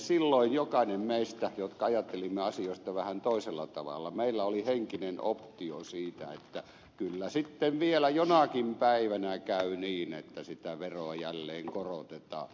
silloin jokaisella meistä jotka ajattelimme asioista vähän toisella tavalla oli henkinen optio siitä että kyllä sitten vielä jonakin päivänä käy niin että sitä veroa jälleen korotetaan